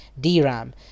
DRAM